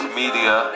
media